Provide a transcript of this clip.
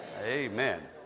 amen